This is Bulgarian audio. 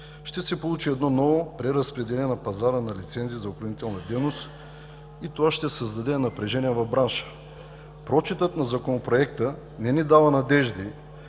ще се получи едно ново преразпределение на пазара на лицензи за охранителна дейност, и това ще създаде напрежение в бранша. Прочитът на Законопроекта не ни дава надежди,